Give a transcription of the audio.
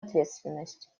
ответственность